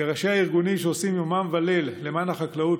לראשי הארגונים שעושים יומם וליל למען החקלאות,